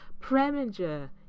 Preminger